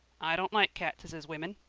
i don't like cats as is women,